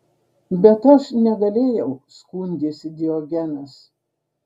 bet aš negalėjau skundėsi diogenas